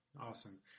Awesome